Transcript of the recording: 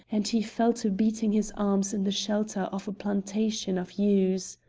and he fell to beating his arms in the shelter of a plantation of yews.